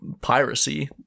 piracy